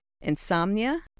insomnia